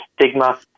stigma